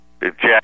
jack